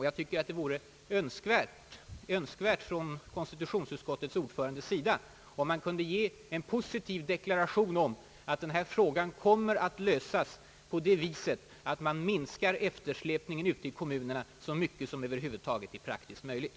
Jag tycker det vore önskvärt om konstitutionsutskottets ordfö rande kunde ge en positiv deklaration om att denna fråga kommer att lösas på det viset att man minskar eftersläpningen ute i kommunerna så mycket som det över huvud taget är praktiskt möjligt.